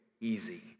easy